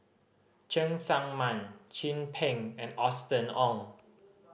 Cheng Tsang Man Chin Peng and Austen Ong